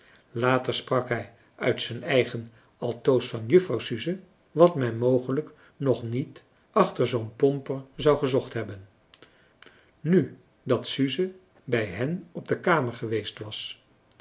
later sprak hij uit zijn eigen altoos van juffrouw suze wat men mogelijk nog niet achter zoo'n pomper zou gezocht hebben nu dat suze bij hen op de kamer geweest was